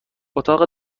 اتاق